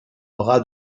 bras